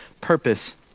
purpose